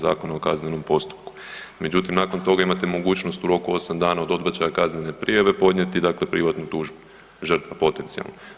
Zakona o kaznenom postupku, međutim nakon toga imate mogućnost u roku od osam dana od odbačaja kaznene prijave podnijeti privatnu tužbu, žrtva potencijalno.